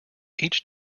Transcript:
each